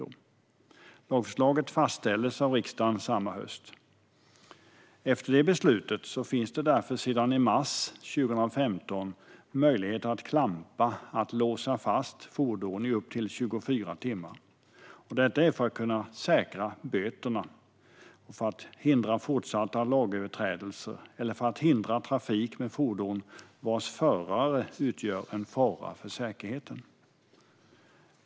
Lagförslaget fastställdes av riksdagen samma höst. Efter det beslutet finns det därför sedan i mars 2015 en möjlighet att klampa, låsa fast, fordon i upp till 24 timmar - detta för att kunna säkra böter, för att hindra fortsatta lagöverträdelser eller för att hindra trafik med fordon vars förare utgör en fara för säkerheten.